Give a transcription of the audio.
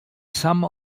some